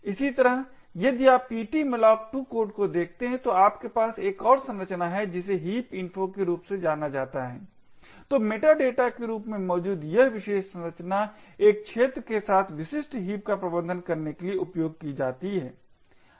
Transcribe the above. इसी तरह यदि आप ptmalloc2 कोड को देखते हैं तो आपके पास एक और संरचना है जिसे heap info के रूप में जाना जाता है तो मेटा डेटा के रूप में मौजूद यह विशेष संरचना एक क्षेत्र के साथ विशिष्ट हीप का प्रबंधन करने के लिए उपयोग की जाएगी